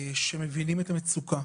שמבינים את המצוקה,